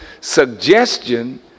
suggestion